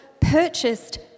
purchased